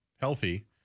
healthy